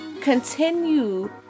continue